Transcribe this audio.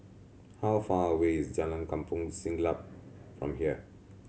how far away is Jalan Kampong Siglap from here